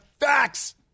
Facts